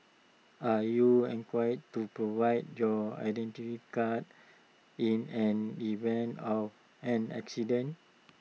are you inquired to provide your Identity Card in an event of an accident